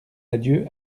adieu